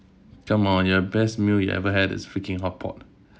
come on your best meal you ever had is freaking hot pot